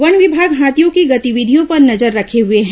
one विमाग हाथियों की गतिविधियों पर नजर रखे हुए हैं